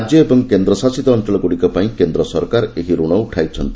ରାଜ୍ୟ ଏବଂ କେନ୍ଦ୍ରଶାସିତ ଅଞ୍ଚଳଗୁଡ଼ିକ ପାଇଁ କେନ୍ଦ୍ର ସରକାର ଏହି ଋଣ ଉଠାଇଛନ୍ତି